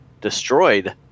destroyed